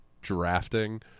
drafting